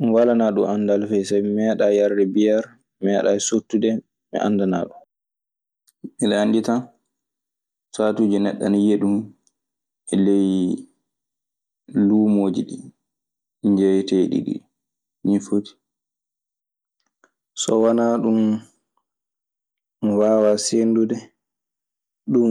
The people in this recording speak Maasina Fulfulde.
Mi walanaa ɗun anndal fey sabi mi meeɗaa yarde biyeer, mi meeɗaayi sottude. Min anndanaa ɗun. Miɗe anndi tan saatuuje neɗɗo ana yiya ɗum e ley luumooji ɗii, jeeyeteeɗi ɗii. Nii foti. So wanaa ɗun, mi waawaa seeendude ɗun